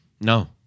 no